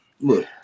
look